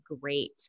great